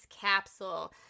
capsule